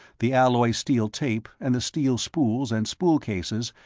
the alloy-steel tape, and the steel spools and spool cases,